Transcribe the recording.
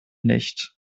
nicht